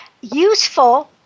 useful